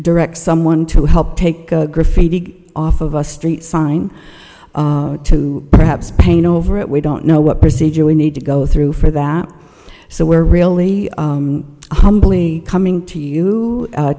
direct someone to help take graffiti off of a street sign to perhaps paint over it we don't know what procedure we need to go through for that so we're really humbly coming to you